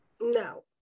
No